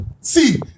See